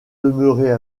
demeurer